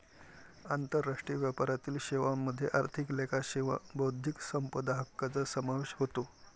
आंतरराष्ट्रीय व्यापारातील सेवांमध्ये आर्थिक लेखा सेवा बौद्धिक संपदा हक्कांचा समावेश होतो